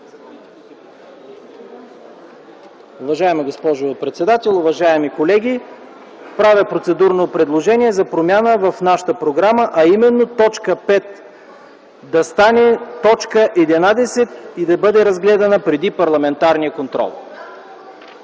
Уважаема госпожо председател, уважаеми колеги! Правя процедурно предложение за промяна в нашата програма, а именно т. 5 да стане т. 11 и да бъде разгледана преди парламентарния контрол.